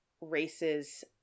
races